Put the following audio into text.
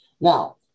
Now